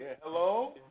Hello